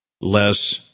less